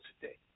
today